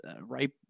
right